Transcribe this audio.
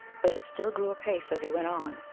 but it still grew apace as he went on,